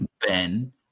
Ben